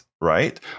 Right